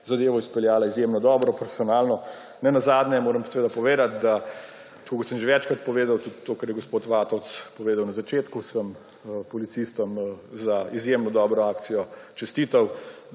izpeljala izjemno dobro, profesionalno. Nenazadnje moram povedati – tako kot sem že večkrat povedal tudi to, kar je gospod Vatovec povedal na začetku −, da sem policistom za izjemno dobro akcijo čestital,